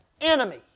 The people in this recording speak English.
enemy